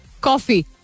Coffee